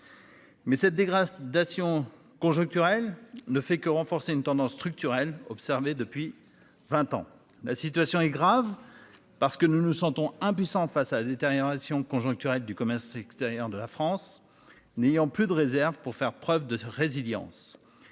Mais cette dégradation conjoncturelle ne fait que renforcer une tendance structurelle observée depuis 20 ans. La situation est grave parce que nous nous sentons impuissants face à la détérioration conjoncturelle du commerce extérieur de la France. N'ayant plus de réserves pour faire preuve de résilience.